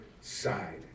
side